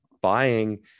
buying